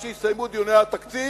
עד שיסתיימו דיוני התקציב,